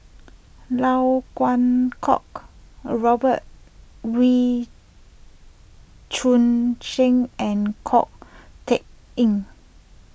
Lau Kuo Kwong Robert Wee Choon Seng and Ko Teck Kin